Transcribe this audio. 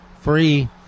free